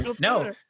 no